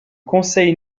conseil